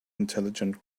intelligent